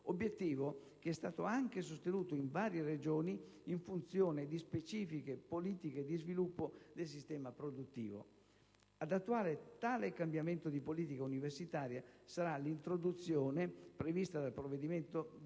obiettivo che è stato anche sostenuto in varie Regioni in funzione di specifiche politiche di sviluppo del sistema produttivo. Ad attuare tale cambiamento di politica universitaria sarà l'introduzione, prevista dal provvedimento, di